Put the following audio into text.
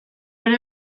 ere